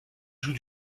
joue